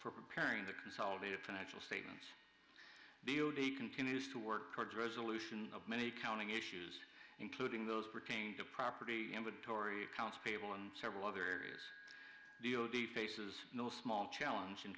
for preparing the consolidated financial statements do you continues to work towards resolution of many counting issues including those pertain to property inventory accounts payable in several other areas d o d faces no small challeng